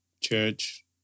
Church